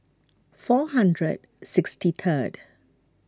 four hundred sixty third